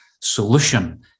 solution